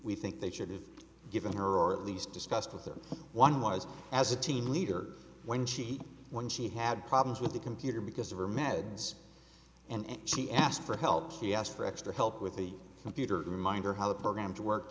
we think they should have given her or at least discussed with them one was as a team leader when she when she had problems with the computer because of her meds and she asked for help she asked for extra help with the computer to remind her how the programs work